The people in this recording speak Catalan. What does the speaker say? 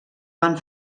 van